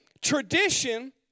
Tradition